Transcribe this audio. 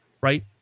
right